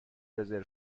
رزرو